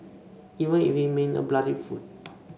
even if it mean a bloody foot